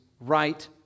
right